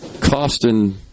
costing